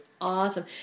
awesome